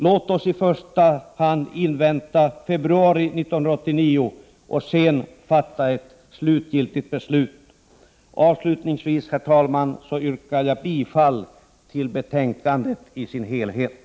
Låt oss i första hand invänta februari 1989 och sedan fatta ett slutgiltigt beslut. Avslutningsvis, herr talman, yrkar jag bifall till utskottets hemställan i dess helhet.